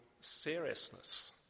seriousness